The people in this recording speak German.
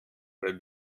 wer